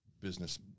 business